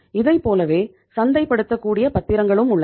இதைப்போலவே சந்தைப்படுத்த கூடிய பத்திரங்களும் உள்ளன